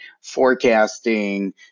forecasting